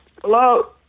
Hello